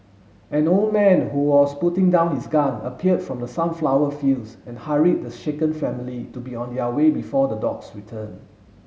an old man who was putting down his gun appeared from the sunflower fields and hurried the shaken family to be on their way before the dogs return